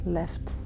left